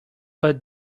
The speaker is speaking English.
but